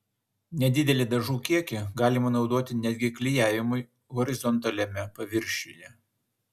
nedidelį dažų kiekį galima naudoti netgi klijavimui horizontaliame paviršiuje